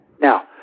Now